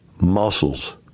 Muscles